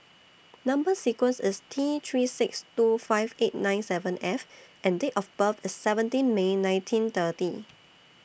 Number sequence IS T three six two five eight nine seven F and Date of birth IS seventeen May nineteen thirty